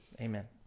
Amen